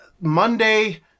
Monday